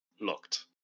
locked